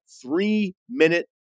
three-minute